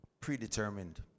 predetermined